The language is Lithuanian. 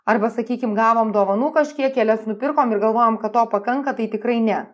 arba sakykim gavom dovanų kažkiek kelias nupirkom ir galvojom kad to pakanka tai tikrai ne